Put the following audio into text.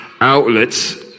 outlets